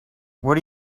what